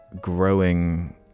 growing